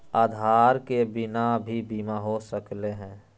आधार के बिना भी बीमा हो सकले है?